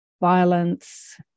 violence